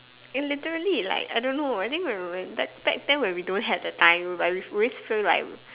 eh literally like I don't know I think when when when back back then when we don't had the time like we've always feel like